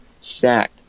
stacked